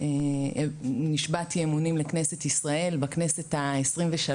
שנשבעתי אמונים לכנסת ישראל בכנסת ה-23.